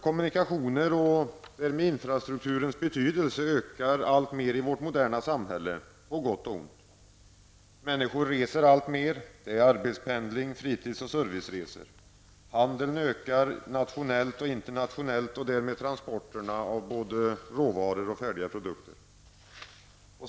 Kommunikationerna, och därmed infrastrukturens betydelse, ökar alltmer i vårt moderna samhälle, på gott och ont. Människor reser alltmer -- det är arbetspendling, fritids och serviceresor. Handeln ökar, nationellt och internationellt, och därmed transporterna av både råvaror och färdiga produkter.